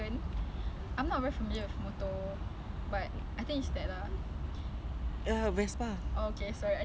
as long as we have raincoats ah raincoats at least save your head body ya